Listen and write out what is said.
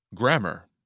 Grammar